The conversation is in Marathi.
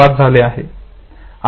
5 झाले आहे